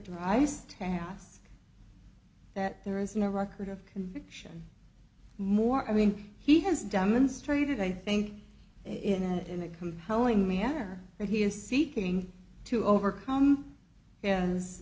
price task that there is no record of conviction more i mean he has demonstrated i think in and in a compelling manner that he is seeking to overcome